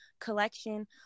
collection